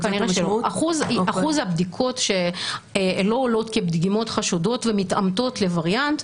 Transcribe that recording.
אחוז הבדיקות שלא עולות כדגימות חשודות ומתאמתות לווריאנט,